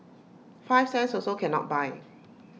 five cents also cannot buy